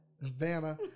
Vanna